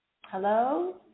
hello